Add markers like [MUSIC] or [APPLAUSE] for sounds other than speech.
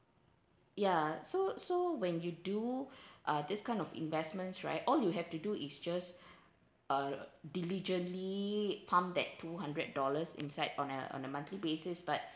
ya so so when you do [BREATH] uh this kind of investments right all you have to do is just [BREATH] uh diligently pump that two hundred dollars inside on a on a monthly basis but